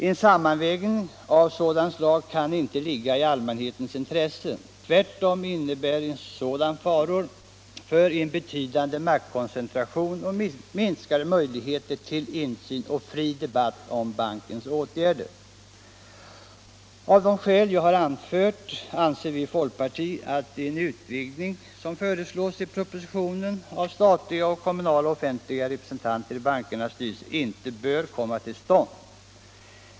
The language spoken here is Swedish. En sammanvägning av sådant slag kan inte ligga i allmänhetens intresse. Tvärtom innebär en sådan faror för en betydande maktkoncentration och minskade möjligheter till insyn och fri debatt om bankens åtgärder. Av de skäl som jag anfört anser vi i folkpartiet att den utvidgning som föreslås i propositionen av statliga och kommunala offentliga representanter i bankernas styrelser inte bör komma till stånd.